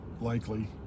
likely